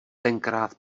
tenkrát